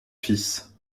fils